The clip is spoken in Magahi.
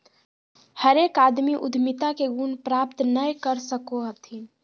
हरेक आदमी उद्यमिता के गुण प्राप्त नय कर सको हथिन